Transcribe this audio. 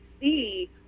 see